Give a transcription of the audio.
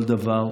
כל דבר.